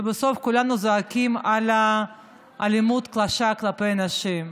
ובסוף כולנו זועקים על אלימות קשה כלפי נשים.